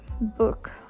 book